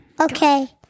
Okay